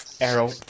arrow